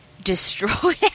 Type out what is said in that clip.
destroyed